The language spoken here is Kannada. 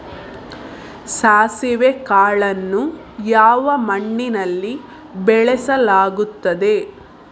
ಸಾಸಿವೆ ಕಾಳನ್ನು ಯಾವ ಮಣ್ಣಿನಲ್ಲಿ ಬೆಳೆಸಲಾಗುತ್ತದೆ?